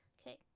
Okay